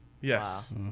Yes